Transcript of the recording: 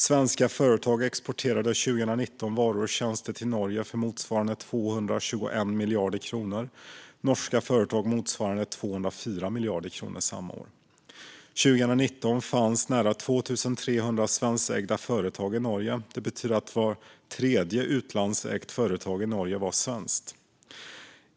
Svenska företag exporterade 2019 varor och tjänster till Norge för motsvarande 221 miljarder kronor, och norska företag exporterade till oss för motsvarande 204 miljarder samma år. År 2019 fanns nära 2 300 svenskägda företag i Norge, vilket betyder att vart tredje utlandsägt företag i Norge var svenskt.